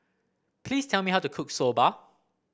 please tell me how to cook Soba